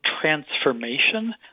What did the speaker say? transformation